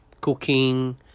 cooking